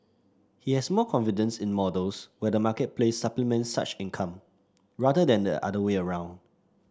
he has more confidence in models where the marketplace supplements such income rather than the other way around